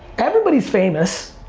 everybody's famous.